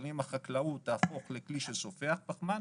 אבל אם החקלאות תהפוך לכלי שסופח פחמן,